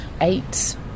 eight